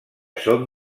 són